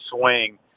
swing